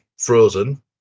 Frozen